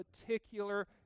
particular